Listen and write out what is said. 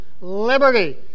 Liberty